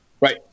right